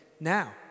Now